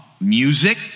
music